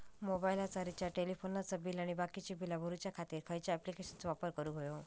मोबाईलाचा रिचार्ज टेलिफोनाचा बिल आणि बाकीची बिला भरूच्या खातीर खयच्या ॲप्लिकेशनाचो वापर करूक होयो?